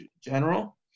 general